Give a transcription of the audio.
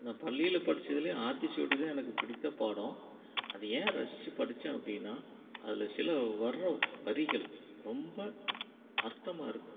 நான் பள்ளியில் படிச்சதுலையே ஆத்திச்சூடி தான் எனக்கு பிடித்த பாடம் அதை ஏன் ரசிச்சு படிச்சேன் அப்படினா அதில் சில வர்ற வரிகள் ரொம்ப அர்த்தமாக இருக்கும்